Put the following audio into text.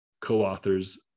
co-authors